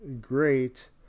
great